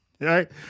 Right